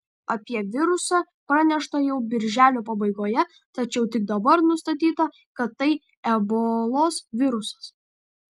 apie virusą pranešta jau birželio pabaigoje tačiau tik dabar nustatyta kad tai ebolos virusas